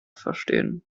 verstehen